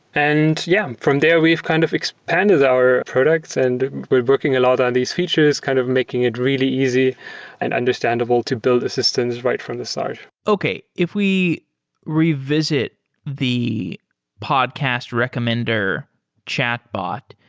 and yeah, from there, we've kind of expanded our products and we're working a lot on these features. kind of making it really easy and understandable to build assistance right from the start okay. if we revisit the podcast recommender chatbot,